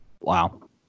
Wow